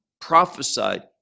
prophesied